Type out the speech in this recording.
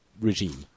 regime